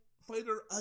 fighter